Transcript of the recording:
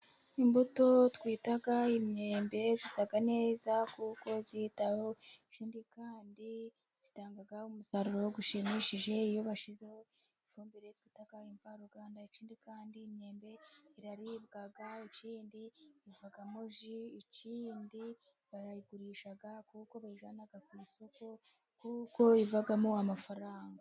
Imbuto twita imyembe, isa neza kuko yitaweho icyindi kandi itanga umusaruro ushimishije, iyo bashyizeho ifumbire twita imvaruganda, icyindi kandi imyembe iraribwa, ikindi ivamo ji , ikindi barayigurisha kuko bayijyana ku isoko kuko ivamo amafaranga.